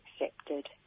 accepted